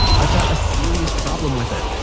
i've got serious problem with it,